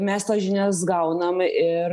mes tas žinias gaunam ir